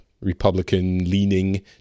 Republican-leaning